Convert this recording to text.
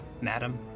madam